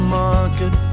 market